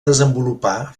desenvolupar